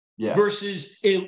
versus